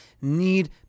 need